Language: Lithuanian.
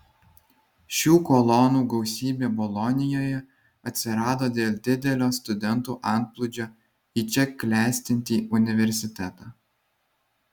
šių kolonų gausybė bolonijoje atsirado dėl didelio studentų antplūdžio į čia klestinti universitetą